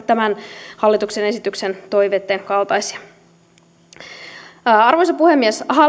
tämän hallituksen esityksen toiveitten kaltaisia arvoisa puhemies